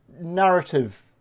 narrative